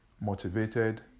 motivated